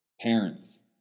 Parents